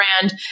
brand